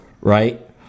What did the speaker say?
right